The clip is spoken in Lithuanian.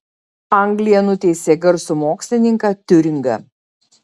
anglija nuteisė garsų mokslininką tiuringą